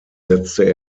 setzte